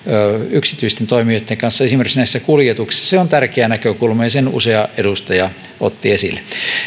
yksityisten toimijoitten kanssa esimerkiksi näissä kuljetuksissa on tärkeä näkökulma ja sen usea edustaja otti esille